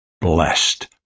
blessed